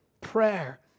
prayer